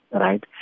right